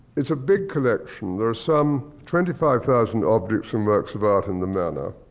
it's a big collection. there are some twenty five thousand objects and works of art in the manor.